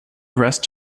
rest